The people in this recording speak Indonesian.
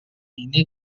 ini